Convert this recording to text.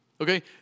Okay